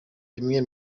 bimwe